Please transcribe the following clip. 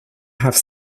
have